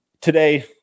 Today